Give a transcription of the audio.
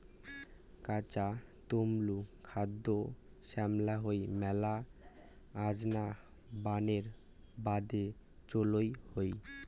কাঁচা তলমু দ্যাখ্যাত শ্যামলা হই মেলা আনজা বানের বাদে চইল হই